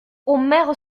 omer